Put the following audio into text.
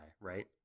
right